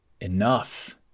enough